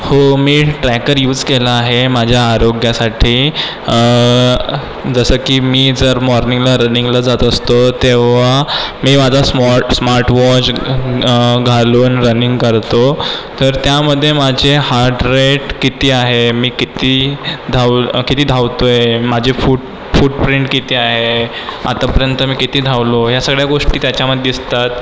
हो मी tracker use केला आहे माझ्या आरोग्यासाठी जसं की मी जर मॉर्निंगला रनिंगला जात असतो तेव्हा मी माझा स्मॉ स्मार्ट वॉच घालून रनिंग करतो तर त्यामध्ये माझे हार्टरेट किती आहे मी किती धाव किती धावतोय माझे फूट फूट प्रिंट किती आहे आत्तापर्यंत मी किती धावलो ह्या सगळ्या गोष्टी त्याच्यामध्ये दिसतात